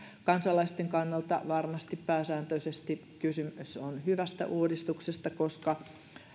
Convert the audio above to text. kansalaisten kannalta varmasti pääsääntöisesti kysymys on hyvästä uudistuksesta koska